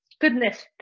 goodness